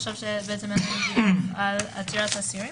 שאין סעיף על עתירת אסירים?